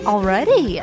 Already